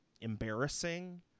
embarrassing